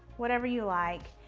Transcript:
whatever you like.